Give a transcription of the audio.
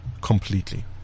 completely